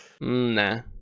Nah